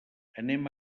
anem